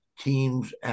Teams